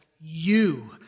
You